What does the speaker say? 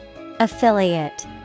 Affiliate